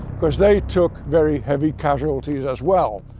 because they took very heavy casualties as well.